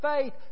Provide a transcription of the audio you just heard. faith